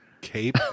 Cape